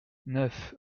neuf